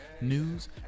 news